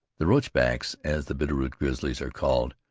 the roachbacks, as the bitter-root grizzlies are called,